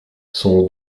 son